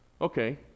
Okay